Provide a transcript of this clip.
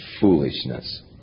foolishness